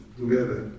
together